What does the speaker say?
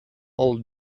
all